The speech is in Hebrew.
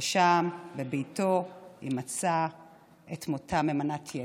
ושם בביתו היא מצאה את מותה ממנת יתר,